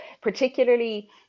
particularly